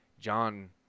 john